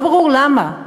לא ברור למה.